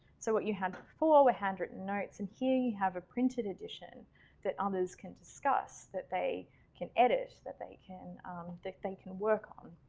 so what you had before were handwritten notes, and here you have a printed edition that others can discuss. that they can edit. that they can um, they can work on